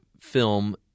film